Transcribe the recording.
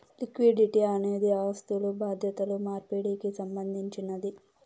liquidity అనేది ఆస్థులు బాధ్యతలు మార్పిడికి సంబంధించినది